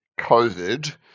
COVID